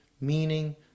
meaning